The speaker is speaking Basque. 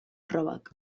probak